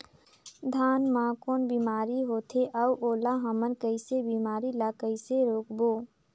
धान मा कौन बीमारी होथे अउ ओला हमन कइसे बीमारी ला कइसे रोकबो?